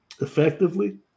effectively